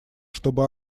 чтобы